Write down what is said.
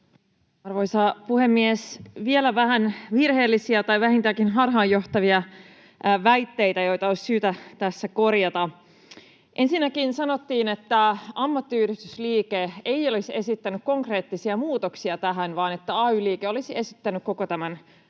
Arvoisa puhemies! Vielä vähän virheellisiä tai vähintäänkin harhaanjohtavia väitteitä, joita olisi syytä tässä korjata: Ensinnäkin sanottiin, että ammattiyhdistysliike ei olisi esittänyt konkreettisia muutoksia tähän vaan että ay-liike olisi esittänyt koko tämän